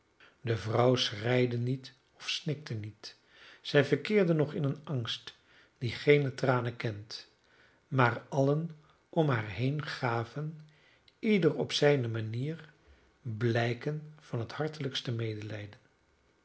de vrouw schreide niet of snikte niet zij verkeerde nog in een angst die geene tranen kent maar allen om haar heen gaven ieder op zijne manier blijken van het hartelijkste medelijden